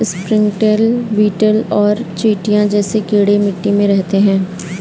springtail, beetle और चींटियां जैसे कीड़े मिट्टी में रहते हैं